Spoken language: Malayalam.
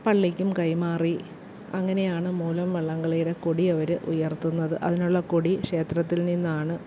പള്ളിക്കും കൈമാറി അങ്ങനെയാണ് മൂലം വള്ളംകളിയുടെ കൊടി അവർ ഉയർത്തുന്നത് അതിനുള്ള കോടി ക്ഷേത്രത്തിൽ നിന്നാണ്